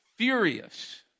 Furious